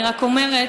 אני רק אומרת